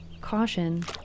caution